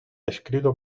escrito